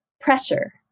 pressure